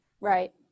Right